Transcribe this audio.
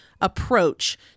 approach